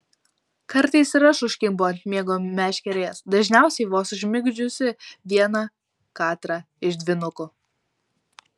kartais ir aš užkimbu ant miego meškerės dažniausiai vos užmigdžiusi vieną katrą iš dvynukų